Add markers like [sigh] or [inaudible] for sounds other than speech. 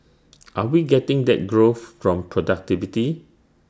[noise] are we getting that growth from productivity